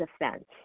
defense